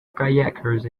kayakers